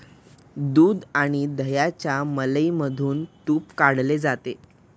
दूध आणि दह्याच्या मलईमधून तुप काढले जाते